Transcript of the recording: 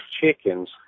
chickens